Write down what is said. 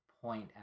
point